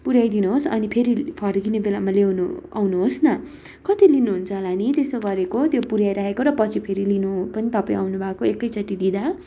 पुऱ्याइ दिनुहोस् अनि फेरि फर्किने बेलामा ल्याउनु आउनुहोस् न कति लिनुहुन्छ होला नि त्यसो गरेको त्यो पुऱ्याइराखेको र पछि फेरि लिनु पनि तपाईँ आउनुभएको एकैचोटि दिँदा